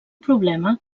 problema